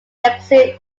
exile